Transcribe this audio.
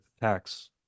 tax